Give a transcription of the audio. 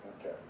Okay